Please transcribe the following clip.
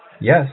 yes